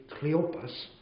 Cleopas